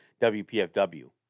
WPFW